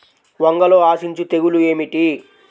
వంగలో ఆశించు తెగులు ఏమిటి?